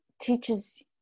teaches